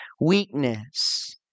weakness